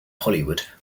hollywood